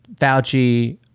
Fauci